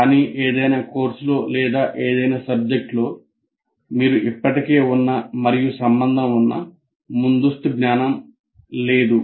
కానీ ఏదైనా కోర్సులో లేదా ఏదైనా సబ్జెక్టులో మీకు ఇప్పటికే ఉన్న మరియు సంబంధం ఉన్న ముందస్తు జ్ఞానం లేదు